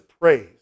praise